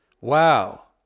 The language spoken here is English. Wow